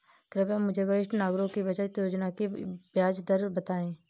कृपया मुझे वरिष्ठ नागरिकों की बचत योजना की ब्याज दर बताएं